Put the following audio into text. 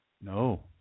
no